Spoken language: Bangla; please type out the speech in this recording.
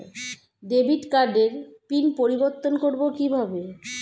ডেবিট কার্ডের পিন পরিবর্তন করবো কীভাবে?